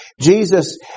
Jesus